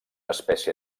espècie